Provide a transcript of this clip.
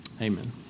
Amen